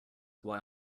why